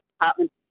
Department